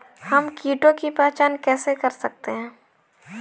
हम कीटों की पहचान कैसे कर सकते हैं?